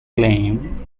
claimed